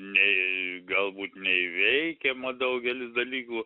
nei galbūt neįveikiama daugelis dalykų